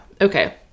Okay